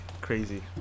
crazy